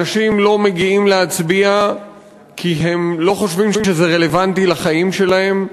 אנשים לא מגיעים להצביע כי הם לא חושבים שזה רלוונטי לחיים שלהם,